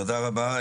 תודה רבה.